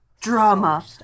Drama